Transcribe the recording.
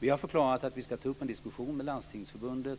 Vi har förklarat att vi ska ta upp en diskussion med Landstingsförbundet